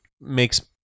makes